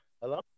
Hello